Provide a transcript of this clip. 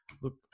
look